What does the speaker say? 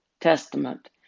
Testament